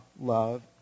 love